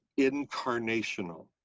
incarnational